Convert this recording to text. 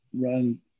run